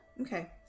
Okay